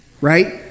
Right